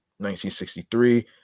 1963